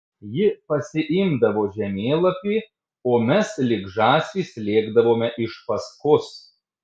ji pasiimdavo žemėlapį o mes lyg žąsys lėkdavome iš paskos